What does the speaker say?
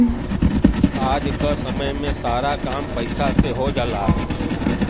आज क समय में सारा काम पईसा से हो जाला